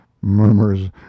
murmurs